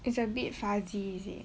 it's a bit fuzzy is it